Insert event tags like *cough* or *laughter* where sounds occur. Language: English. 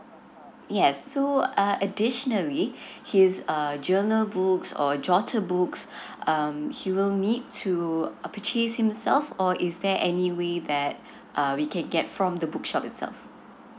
yes so uh additionally *breath* his err journal books or jotter books *breath* um he will need to purchase himself or is there any way that uh we can get from the bookshop itself